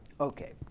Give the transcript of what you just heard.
Okay